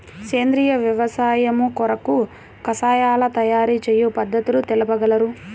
సేంద్రియ వ్యవసాయము కొరకు కషాయాల తయారు చేయు పద్ధతులు తెలుపగలరు?